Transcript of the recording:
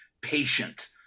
patient